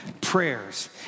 prayers